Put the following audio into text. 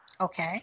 Okay